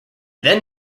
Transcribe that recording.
then